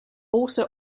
also